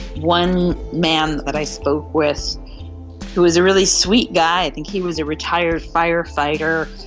one man that i spoke with who was a really sweet guy, i think he was a retired firefighter,